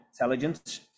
intelligence